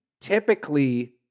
typically